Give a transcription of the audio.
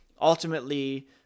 ultimately